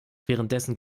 währenddessen